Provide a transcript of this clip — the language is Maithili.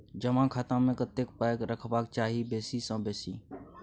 जमा खाता मे कतेक पाय रखबाक चाही बेसी सँ बेसी?